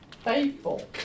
faithful